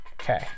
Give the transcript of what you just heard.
Okay